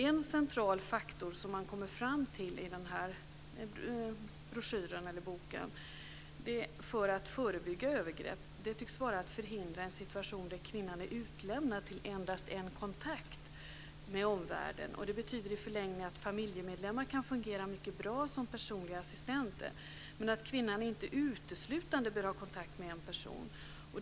En central faktor för att förebygga övergrepp som man kommer fram till i den här boken tycks vara att förhindra en situation där kvinnan är utlämnad till endast en kontakt med omvärlden. Det betyder i förlängningen att familjemedlemmar i och för sig kan fungera mycket bra som personliga assistenter, men kvinnan bör inte uteslutande ha kontakt med en person.